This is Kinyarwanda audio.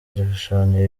igishushanyo